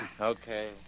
Okay